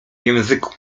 języku